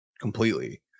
completely